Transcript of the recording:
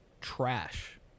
trash